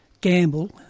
gamble